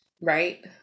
Right